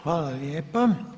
Hvala lijepa.